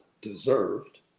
deserved